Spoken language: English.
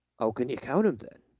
how can you count him, then?